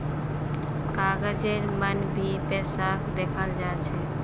कागजेर मन भी पैसाक दखाल जा छे